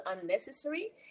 unnecessary